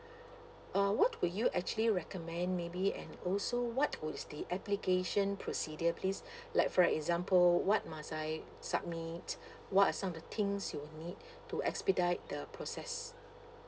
uh what would you actually recommend maybe and also what would the application procedure please like for example what must I submit what are some of the things you'll need to expedite the process